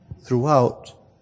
throughout